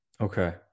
okay